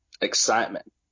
excitement